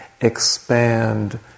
expand